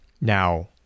now